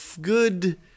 good